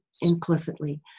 implicitly